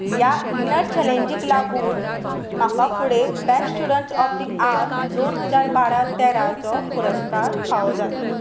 ह्या इनर चॅलेंजीक लागून म्हाका फुडें best student of the year दोन हजार बारा तेराचो पुरस्कार फावो जालो